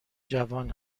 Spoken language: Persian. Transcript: جوان